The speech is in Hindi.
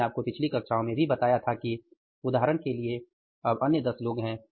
मैंने आपको पिछली कक्षाओं में भी बताया था कि उदाहरण के लिए अब अन्य दस लोग हैं